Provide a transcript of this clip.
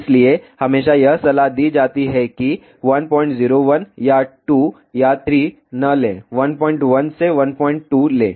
इसलिए हमेशा यह सलाह दी जाती है कि 101 या 2 या 3 न लें 11 से 12 लें